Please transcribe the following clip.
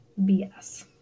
BS